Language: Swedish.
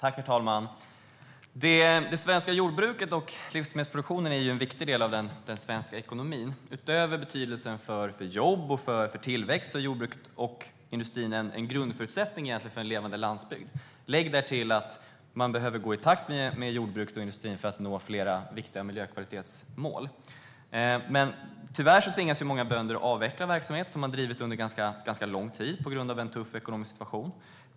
Herr talman! Det svenska jordbruket och livsmedelsproduktionen är en viktig del av den svenska ekonomin. Utöver betydelsen för jobb och tillväxt är jordbruket och industrin en grundförutsättning för en levande landsbygd. Lägg också till att man behöver gå i takt med jordbruket och industrin för att nå flera viktiga miljökvalitetsmål. Tyvärr tvingas många bönder på grund av en tuff ekonomisk situation avveckla verksamhet som man drivit under ganska lång tid.